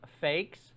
fakes